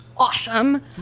Awesome